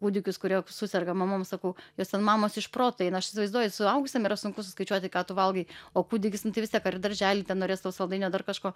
kūdikis kurio suserga mamom sakau jos ten mamos iš proto eina aš įsivaizduoju suaugusiam yra sunku suskaičiuoti ką tu valgai o kūdikis nu tai vis tiek daržely ten norės to saldainio dar kažko